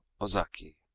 Ozaki